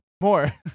more